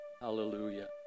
Hallelujah